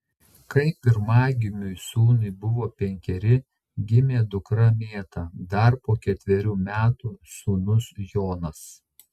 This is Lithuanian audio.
kai pirmagimiui sūnui buvo penkeri gimė dukra mėta dar po ketverių metų sūnus jonas